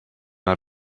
out